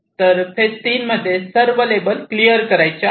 तर फेज 3 मध्ये सर्व लेबल क्लियर करायचे आहे